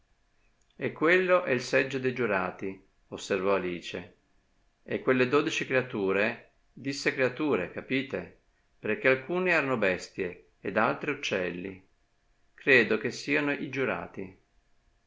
e quello è il seggio de giurati osservò alice e quelle dodici creature disse creature capite perchè alcune erano bestie ed altre uccelli credo che sieno i giurati